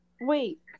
Wait